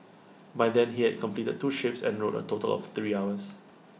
by then he had completed two shifts and rowed A total of three hours